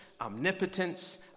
omnipotence